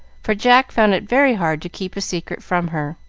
for jack found it very hard to keep a secret from her.